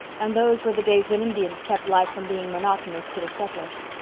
and those were the days when indians kept life from being monotonous to the settlers.